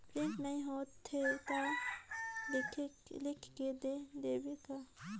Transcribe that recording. Print नइ होथे ता लिख के दे देबे का?